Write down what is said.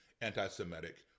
anti-Semitic